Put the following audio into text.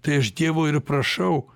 tai aš dievo ir prašau